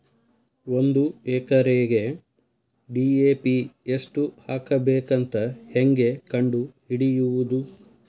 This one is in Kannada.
ಒಂದು ಎಕರೆಗೆ ಡಿ.ಎ.ಪಿ ಎಷ್ಟು ಹಾಕಬೇಕಂತ ಹೆಂಗೆ ಕಂಡು ಹಿಡಿಯುವುದು?